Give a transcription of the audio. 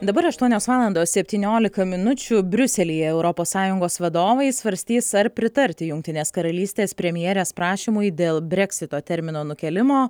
dabar aštuonios valandos septyniolika minučių briuselyje europos sąjungos vadovai svarstys ar pritarti jungtinės karalystės premjerės prašymui dėl breksito termino nukėlimo